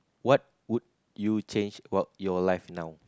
what would you change about your life now